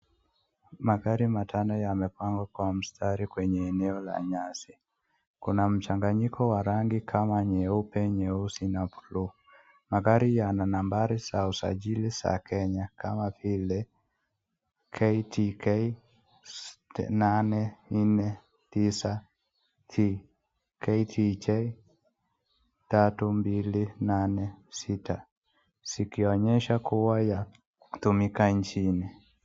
Magari matano yamepangwa kwa mstari kwenye eneo la nyasi. Kuna mchanganyiko wa rangi kama nyeupe, nyeusi na blue . Magari yana nambari za usajili za Kenya kama vile; KDK 849T, KDJ 3286 zikionyesha kuwa yatumika nchini.